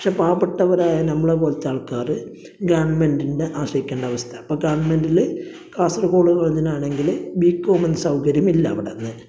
പക്ഷേ പാവപ്പെട്ടവരായ നമ്മളെ പോലത്തെ ആൾക്കാറ് ഗവണ്മെന്റിന്റെ ആശ്രയിക്കേണ്ട അവസ്ഥ അപ്പോൾ ഗവണ്മെന്റില് കാസർഗോഡ് കോളേജിനാണെങ്കില് ബികോമിന് സൗകര്യമില്ല അവിടെ അന്ന്